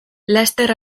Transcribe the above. laster